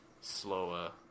slower